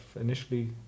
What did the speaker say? initially